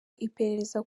iperereza